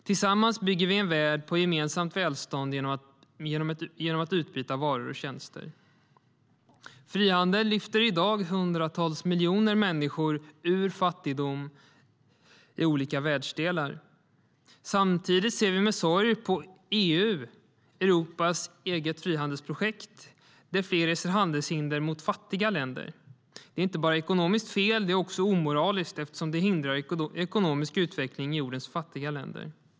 Tillsammans bygger vi en värld med gemensamt välstånd genom att utbyta varor och tjänster. Frihandel lyfter i dag hundratals miljoner människor ur fattigdom i olika världsdelar. Samtidigt ser vi med sorg att flera i EU - Europas eget frihandelsprojekt - reser handelshinder mot fattiga länder. Det är inte bara ekonomiskt fel, det är också omoraliskt eftersom det hindrar ekonomisk utveckling i jordens fattiga länder.